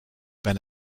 been